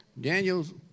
Daniel's